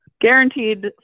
Guaranteed